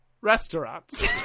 restaurants